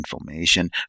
information